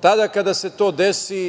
tada kada se to desi,